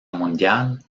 mundial